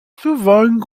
souvent